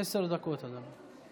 עשר דקות, אדוני.